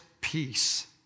peace